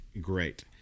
great